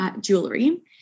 jewelry